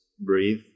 breathe